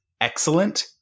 excellent